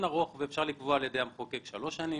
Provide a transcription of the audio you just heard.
ארוך - אפשר לקבוע על ידי המחוקק שלוש שנים,